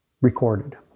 recorded